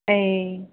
ओइ